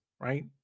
right